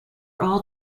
all